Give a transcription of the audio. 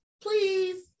Please